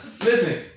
listen